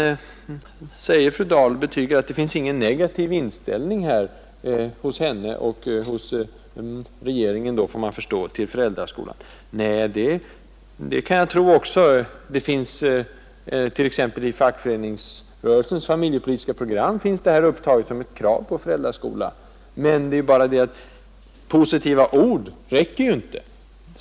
Fru Dahl betygar att det inte finns någon negativ inställning hos henne — eller hos regeringen, får man förstå — till föräldraskolan. Nej, det kan jag också tro. Exempelvis i fackföreningsrörelsens familjepolitiska program finns det upptaget ett krav på föräldraskola. Det är bara det, att positiva ord inte räcker.